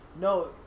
No